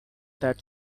that